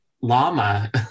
llama